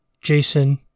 Jason